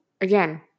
again